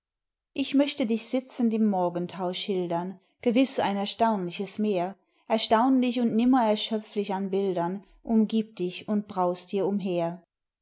ich möchte dich sitzend im morgenthau schildern gewiß ein erstaunliches meer erstaunlich und nimmer erschöpflich an bildern umgiebt dich und braust dir umher